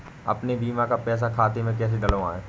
अपने बीमा का पैसा खाते में कैसे डलवाए?